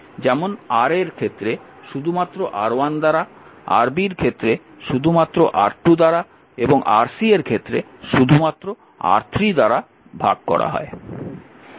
যেমন Ra এর ক্ষেত্রে শুধুমাত্র R1 দ্বারা Rb এর ক্ষেত্রে শুধুমাত্র R2 দ্বারা এবং Rc এর ক্ষেত্রে শুধুমাত্র R3 দ্বারা বিভক্ত